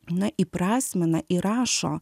na įprasmina įrašo